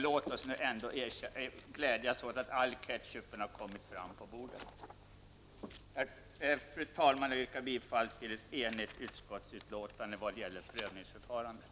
Låt oss nu glädjas åt att all ketchup har kommit fram på bordet. Fru talman! Jag yrkar bifall till ett enhälligt utskott hemställan vad gäller prövningsförfarandet.